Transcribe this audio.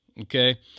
okay